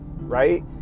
right